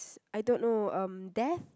I don't know um death